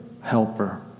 helper